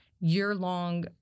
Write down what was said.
year-long